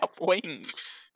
wings